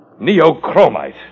Neochromite